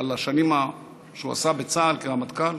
השנים שהוא עשה בצה"ל כרמטכ"ל,